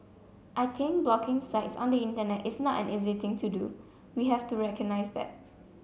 I think blocking sites on the Internet is not an easy thing to do we have to recognise that